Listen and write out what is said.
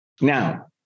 Now